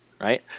right